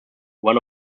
one